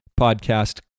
podcast